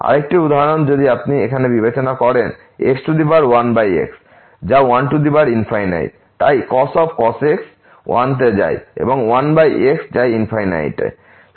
আরেকটি উদাহরণ যদি আপনি এখানে বিবেচনা করেন1x যা 1 তাই cos x 1 তে যায় এবং 1x যায় তে